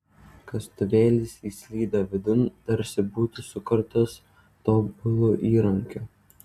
kastuvėlis įslydo vidun tarsi būtų sukurtas tobulu įrankiu